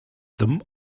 them